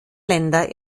länder